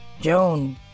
Joan